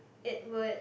it would